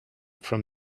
from